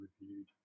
reviewed